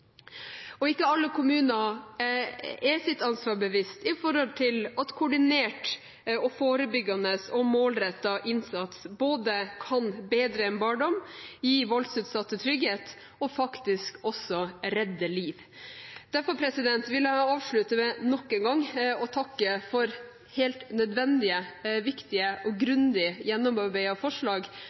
lokalsamfunn. Ikke alle kommuner er seg sitt ansvar bevisst med hensyn til at koordinert, forebyggende og målrettet innsats kan både bedre en barndom, gi voldsutsatte trygghet og faktisk også redde liv. Derfor vil jeg avslutte med nok en gang å takke for helt nødvendige, viktige og grundig gjennomarbeidete forslag.